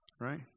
Right